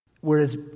Whereas